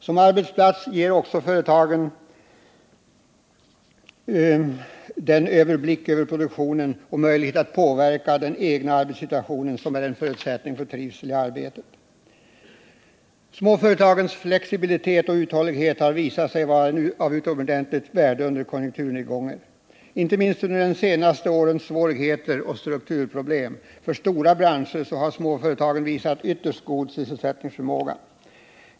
Som arbetsplats ger också småföretagen den möjlighet till överblick över produktionen och att påverka den egna arbetssituationen som är förutsättningen för trivsel i arbetet. Småföretagens flexibilitet och uthållighet har visat sig vara av utomordentligt värde under konjunkturnedgångar. Inte minst under de senaste årens svårigheter och strukturproblem för stora branscher har småföretagen visat ytterst god sysselsättningsförmåga.